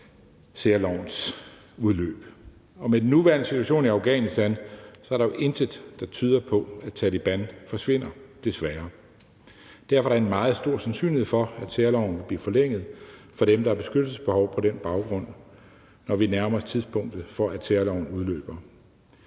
særlovens udløb. Og med den nuværende situation i Afghanistan er der jo intet, der tyder på, at Taleban forsvinder – desværre. Derfor er der en meget stor sandsynlighed for, at særloven vil blive forlænget for dem, der har beskyttelsesbehov på den baggrund, når vi nærmer os tidspunktet for, at særloven udløber.